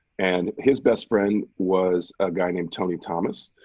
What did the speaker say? and his best friend was a guy named tony thomas,